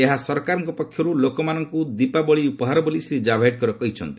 ଏହା ସରକାରଙ୍କ ପକ୍ଷରୁ ଲୋକମାନଙ୍କୁ ଦିପାବଳୀ ଉପହାର ବୋଲି ଶ୍ରୀ ଜାବଡେକର କହିଛନ୍ତି